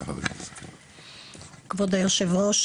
כבוד היו"ר,